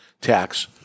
tax